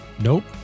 Nope